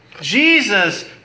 Jesus